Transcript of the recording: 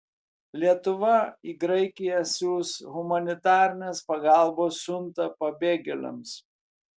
lietuva į graikiją siųs humanitarinės pagalbos siuntą pabėgėliams